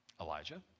Elijah